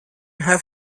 have